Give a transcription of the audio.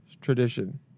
tradition